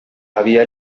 había